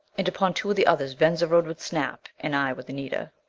and upon two of the others, venza rode with snap and i with anita.